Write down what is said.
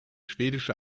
schwedische